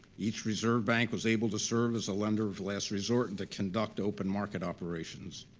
each reserve bank was able to serve as a lender of last resort, and to conduct open market operations.